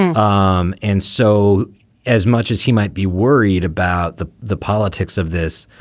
um and so as much as he might be worried about the the politics of this,